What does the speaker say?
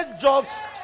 jobs